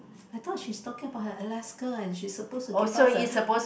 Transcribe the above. I thought she's talking about her Alaska and she's supposed to give us a